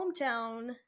hometown